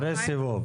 אחרי סיבוב.